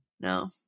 No